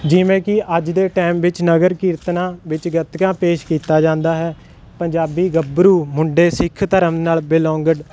ਜਿਵੇਂ ਕਿ ਅੱਜ ਦੇ ਟਾਈਮ ਵਿੱਚ ਨਗਰ ਕੀਰਤਨਾ ਵਿੱਚ ਗੱਤਕਾ ਪੇਸ਼ ਕੀਤਾ ਜਾਂਦਾ ਹੈ ਪੰਜਾਬੀ ਗੱਭਰੂ ਮੁੰਡੇ ਸਿੱਖ ਧਰਮ ਨਾਲ ਬਿਲੋਂਗ